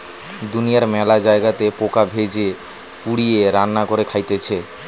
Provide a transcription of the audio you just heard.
দুনিয়ার মেলা জায়গাতে পোকা ভেজে, পুড়িয়ে, রান্না করে খাইতেছে